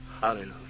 Hallelujah